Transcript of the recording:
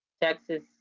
Texas